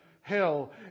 hell